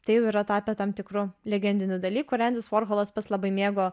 tai jau yra tapę tam tikru legendiniu dalyku ir endis vorholas pats labai mėgo